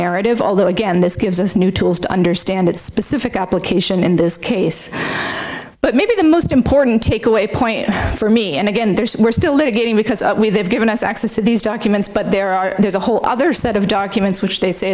narrative although again this gives us new tools to understand that specific application in this case but maybe the most important takeaway point for me and again there's we're still litigation because they've given us access to these documents but there are there's a whole other set of documents which they say